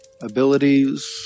abilities